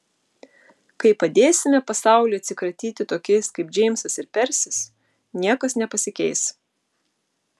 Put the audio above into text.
kai padėsime pasauliui atsikratyti tokiais kaip džeimsas ir persis niekas nepasikeis